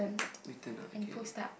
beaten up again